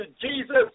Jesus